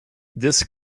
this